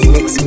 Mix